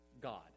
God